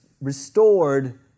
restored